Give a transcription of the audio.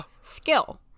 skill